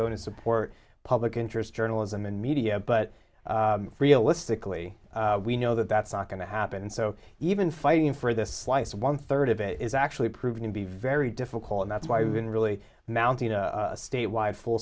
going to support public interest journalism and media but realistically we know that that's not going to happen so even fighting for this slice one third of it is actually proving to be very difficult and that's why we've been really mounting a statewide full